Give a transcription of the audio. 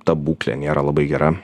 ta būklė nėra labai gera